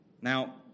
Now